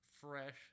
fresh